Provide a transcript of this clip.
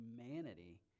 humanity